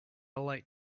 light